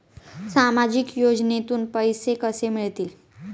सामाजिक योजनेतून पैसे कसे मिळतील?